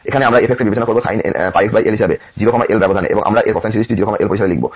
এখানে আমরা f কে বিবেচনা করব sin πxl হিসেবে 0 l ব্যবধানে এবং আমরা এর কোসাইন সিরিজটি 0 l পরিসরে লিখব